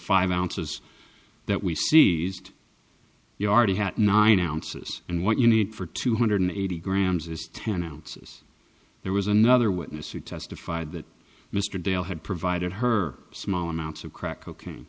five ounces that we see you already have nine ounces and what you need for two hundred eighty grams is ten ounces there was another witness who testified that mr dale had provided her small amounts of crack cocaine